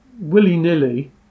willy-nilly